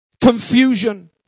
Confusion